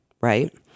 right